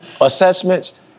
assessments